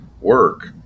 work